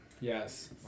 Yes